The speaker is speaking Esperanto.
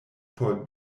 por